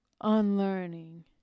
unlearning